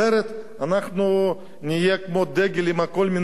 אנחנו נהיה כמו דגל עם כל מיני צבעים,